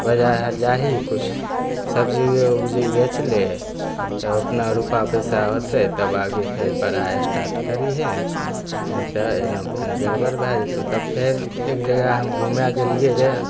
बाजार आर जाही किछु सबजी उबजी बेचिले तब अपना रुपा पइसा होतै तब आगे फेर पढ़ाइ स्टार्ट करिहेँ नहि तऽ एना फेर गड़बड़ भै जेतौ तब फेर एक जगह हम घुमे गेलिए रहै